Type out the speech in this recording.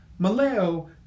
Maleo